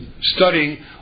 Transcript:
studying